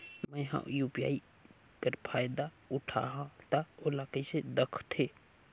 मैं ह यू.पी.आई कर फायदा उठाहा ता ओला कइसे दखथे?